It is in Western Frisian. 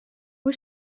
hoe